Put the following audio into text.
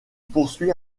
poursuit